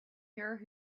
here